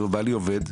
בעלי עובד,